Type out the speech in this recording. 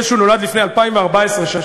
ישו נולד לפני 2014 שנה,